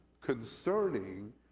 concerning